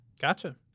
Gotcha